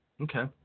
Okay